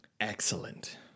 Excellent